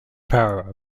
power